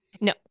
No